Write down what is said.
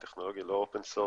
הטכנולוגיה היא לא open source.